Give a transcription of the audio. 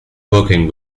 working